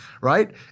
right